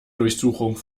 durchsuchung